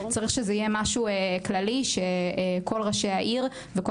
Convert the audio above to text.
צריך שזה יהיה משהו כללי שכול ראשי העיר וכול